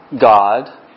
God